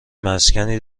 مسکنی